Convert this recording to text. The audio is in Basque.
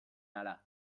ahala